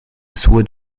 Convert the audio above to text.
sue